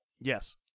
Yes